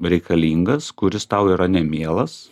reikalingas kuris tau yra nemielas